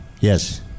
Yes